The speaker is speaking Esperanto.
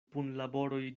punlaboroj